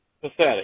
pathetic